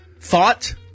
thought